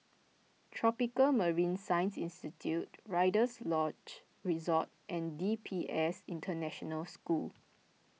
Tropical Marine Science Institute Rider's Lodge Resort and D P S International School